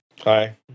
Hi